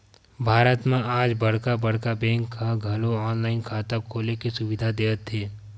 भारत म आज बड़का बड़का बेंक ह घलो ऑनलाईन खाता खोले के सुबिधा देवत हे